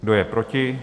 Kdo je proti?